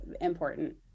important